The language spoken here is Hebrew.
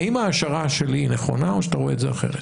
האם ההשערה שלי נכונה או שאתה רואה את זה אחרת?